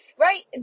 right